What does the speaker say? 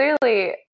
clearly